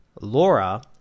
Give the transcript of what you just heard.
laura